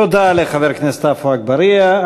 תודה לחבר הכנסת עפו אגבאריה.